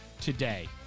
today